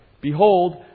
Behold